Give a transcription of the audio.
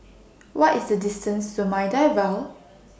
What IS The distance to Maida Vale